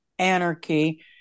anarchy